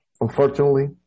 unfortunately